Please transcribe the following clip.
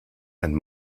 and